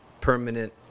permanent